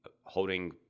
holding